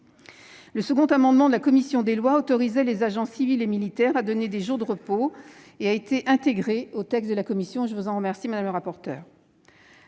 Le second amendement de la commission des lois visait à autoriser les agents civils et militaires à donner des jours de repos ; il a été intégré au texte de la commission, je vous en remercie, madame la rapporteure.